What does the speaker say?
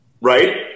Right